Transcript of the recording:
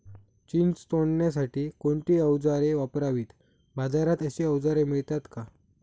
चिंच तोडण्यासाठी कोणती औजारे वापरावीत? बाजारात अशी औजारे मिळतात का?